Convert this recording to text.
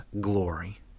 glory